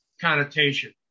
connotation